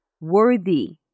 worthy